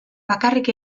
bakarrik